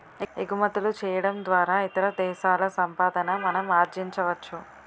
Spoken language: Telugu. ఎగుమతులు చేయడం ద్వారా ఇతర దేశాల సంపాదన మనం ఆర్జించవచ్చు